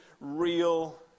real